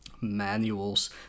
manuals